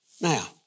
Now